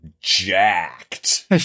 jacked